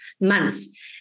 months